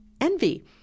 envy